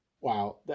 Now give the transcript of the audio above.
Wow